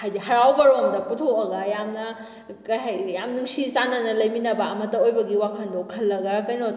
ꯍꯥꯏꯗꯤ ꯍꯔꯥꯎꯕ ꯔꯣꯝꯗ ꯄꯨꯊꯣꯛꯑꯒ ꯌꯥꯝꯅ ꯀꯩ ꯍꯥꯏꯅꯤ ꯌꯥꯝ ꯅꯨꯡꯁꯤ ꯆꯥꯟꯅꯅ ꯂꯩꯃꯤꯟꯅꯕ ꯑꯃꯠꯇ ꯑꯣꯏꯕꯒꯤ ꯋꯥꯈꯜꯗꯣ ꯈꯜꯂꯒ ꯀꯩꯅꯣ